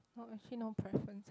no actually no preference